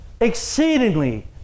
exceedingly